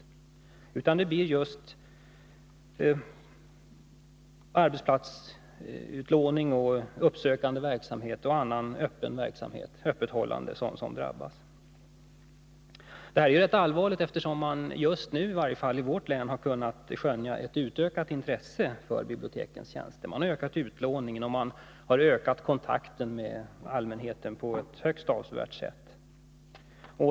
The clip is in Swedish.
Det blir i stället just arbetsplatsutlåning, uppsökande verksamhet och annan öppen verksamhet och öppethållande som drabbas. Detta är rätt allvarligt, eftersom det just nu — i varje fall i vårt län — har kunnat skönjas ett ökat intresse för bibliotekens tjänster. Utlåningen har ökat, och kontakten med allmänheten har också ökat på ett högst avsevärt sätt.